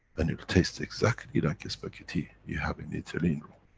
and it'll taste exactly like a spaghetti you have in italy in rome.